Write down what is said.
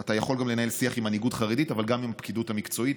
אתה יכול לנהל שיח גם עם המנהיגות החרדית אבל גם עם הפקידות המקצועית.